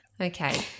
okay